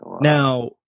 now